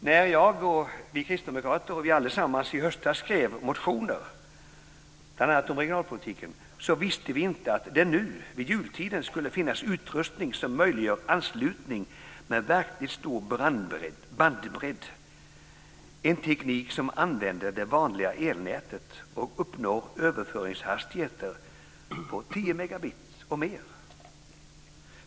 När vi kristdemokrater och alla andra i höstas skrev motioner om bl.a. regionalpolitiken visste vi inte att det nu vid jultid skulle finnas utrustning som möjliggör anslutning med verkligt stor bandbredd. Det är en teknik som använder det vanliga elnätet och uppnår överföringshastigheter på 10 Mbit och mer.